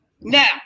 Now